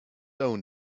own